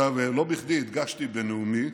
לא בכדי הדגשתי בנאומי,